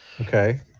Okay